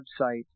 website